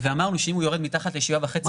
ואמרנו שאם הוא יורד מתחת ל-7.5%.